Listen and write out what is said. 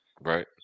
Right